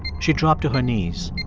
she dropped to her knees.